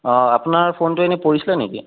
অঁ আপোনাৰ ফোনটো এনেই পৰিছিলে নেকি